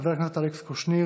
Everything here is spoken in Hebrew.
חבר הכנסת אלכס קושניר,